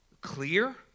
clear